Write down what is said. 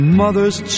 mother's